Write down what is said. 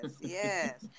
yes